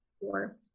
four